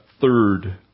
third